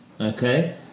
okay